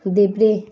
देब्रे